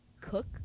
cook